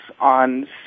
on